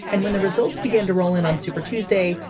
and when the results begin to roll in on super tuesday,